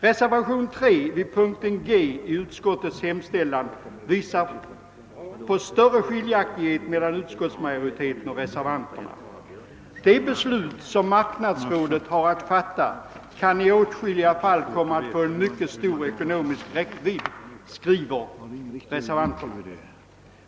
Reservationen III vid punkten G i utskottets hemställan visar på större skiljaktighet mellan utskottsmajoriteten och reservanterna. »De beslut som marknadsrådet har att fatta kan i åtskilliga fall komma att få en mycket stor ekonomisk räckvidd», skriver reservanterna.